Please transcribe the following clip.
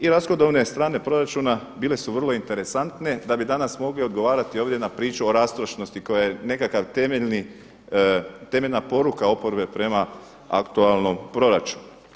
I rashodovne strane proračuna bile su vrlo interesantne da bi danas mogli odgovarati ovdje na priču o rastrošnosti koja je nekakva temeljna poruka oporbe prema aktualnom proračunu.